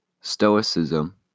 stoicism